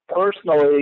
Personally